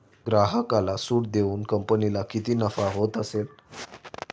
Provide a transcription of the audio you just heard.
ग्राहकाला सूट देऊन कंपनीला किती नफा होत असेल